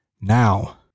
now